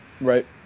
Right